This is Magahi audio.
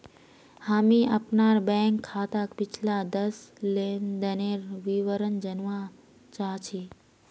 हामी अपनार बैंक खाताक पिछला दस लेनदनेर विवरण जनवा चाह छि